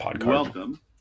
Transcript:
Welcome